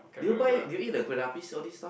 did you buy did you eat the kueh-lapis all these stuff